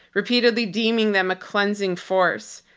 repeatedly deeming them a cleansing force.